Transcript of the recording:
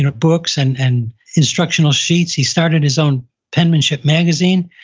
and books, and and instructional sheets, he started his own penmanship magazine.